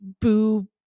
boo